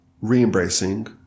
re-embracing